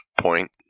point